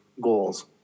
goals